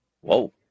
Whoa